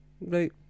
Right